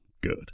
good